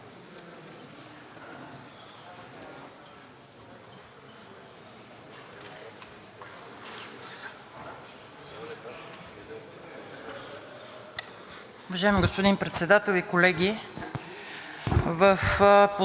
Уважаеми господин Председател и колеги! В последните месеци въпросът за износ на оръжие за Украйна се поставя като цивилизационен избор.